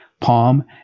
palm